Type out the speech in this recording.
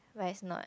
but it's not